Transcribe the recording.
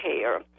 care